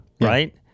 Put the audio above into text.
Right